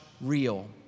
real